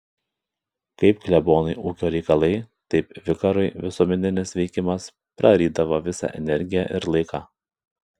kaip klebonui ūkio reikalai taip vikarui visuomeninis veikimas prarydavo visą energiją ir laiką